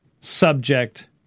subject